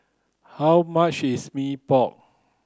how much is Mee Pok